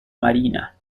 marina